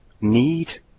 need